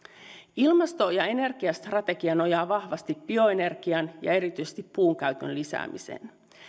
ilmasto ja energiastrategia nojaa vahvasti bioenergiaan ja erityisesti puunkäytön lisäämiseen